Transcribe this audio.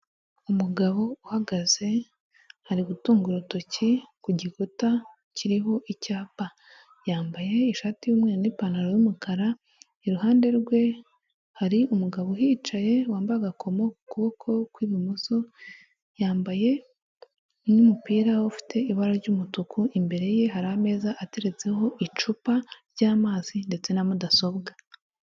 Umugabo uhagaze ari gutunga urutoki ku gikuta kiriho icyapa, yambaye ishati y'umweru n'ipantaro y'umukara, iruhande rwe hari umugabo uhicaye wambaye agakomo ku kuboko kw'ibumoso, yambaye n'umupira ufite ibara ry'umutuku, imbere ye hari ameza ateretseho icupa ry'amazi ndetse na mudasobwa.